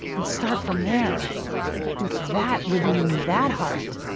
and start from there with that, living in that heart.